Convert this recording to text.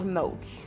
notes